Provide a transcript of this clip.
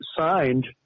signed